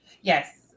Yes